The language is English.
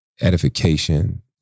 edification